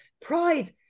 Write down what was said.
Pride